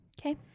Okay